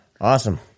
awesome